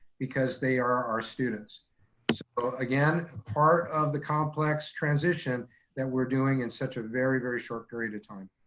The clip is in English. because they are our students. so again, part of the complex transition that we're doing in such a very, very short period of time.